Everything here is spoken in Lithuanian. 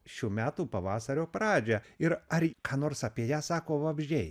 šių metų pavasario pradžią ir ar ką nors apie ją sako vabzdžiai